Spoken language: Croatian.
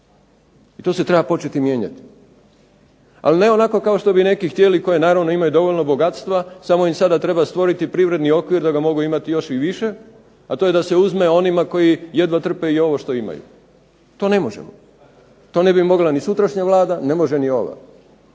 I to se treba početi mijenjati, ali ne onako kao što bi neki htjeli koji naravno imaju dovoljno bogatstva samo im sada treba stvoriti privredni okvir da ga mogu imati još i više, a to je da se uzme onima koji jedva trpe i ovo što imaju. To ne možemo. To ne bi mogla ni sutrašnja Vlada, ne može ni ova.